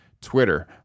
Twitter